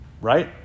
right